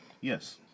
Yes